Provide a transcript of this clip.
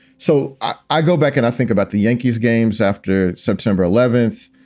so i i go back and i think about the yankees games after september eleventh.